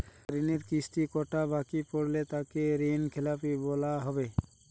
ঋণের কিস্তি কটা বাকি পড়লে তাকে ঋণখেলাপি বলা হবে?